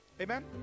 Amen